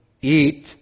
eat